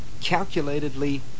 calculatedly